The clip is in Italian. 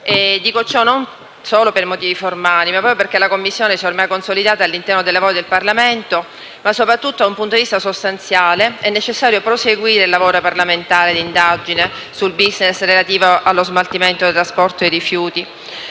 Dico ciò non solo per motivi formali, perché la Commissione si è ormai consolidata all'interno dei lavori del Parlamento, ma soprattutto perché, da un punto di vista sostanziale, è necessario proseguire il lavoro parlamentare di indagine sul *business* relativo allo smaltimento e al trasporto dei rifiuti.